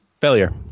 Failure